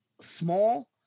small